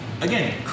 again